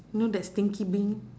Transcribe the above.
y~ know that stinky bean